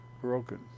broken